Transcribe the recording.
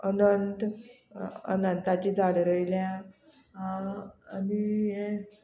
अनंत अनंताचीं झाडां रोयल्या आनी हें